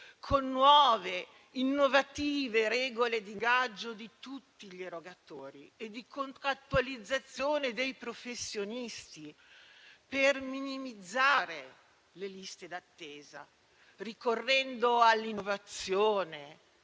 con nuove e innovative regole di ingaggio di tutti gli erogatori e di contrattualizzazione dei professionisti per minimizzare le liste d'attesa, ricorrendo all'innovazione,